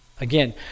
Again